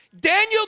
daniel